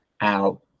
out